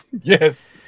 yes